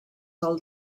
del